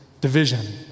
division